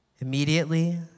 Immediately